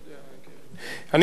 אני מאוד מודה לך, אדוני.